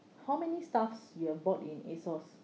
how many stuffs you have bought in ASOS